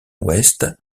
ouest